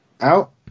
out